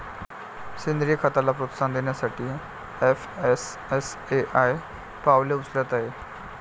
सेंद्रीय खताला प्रोत्साहन देण्यासाठी एफ.एस.एस.ए.आय पावले उचलत आहे